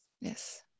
Yes